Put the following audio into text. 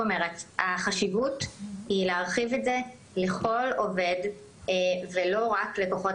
החשיבות היא להרחיב את זה לכל עובד ולא רק לכוחות